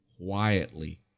quietly